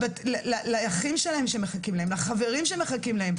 לאחים שלהם ולחברים שמחכים להם.